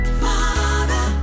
father